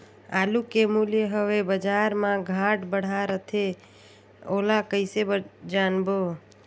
आलू के मूल्य हवे बजार मा घाट बढ़ा रथे ओला कइसे जानबो?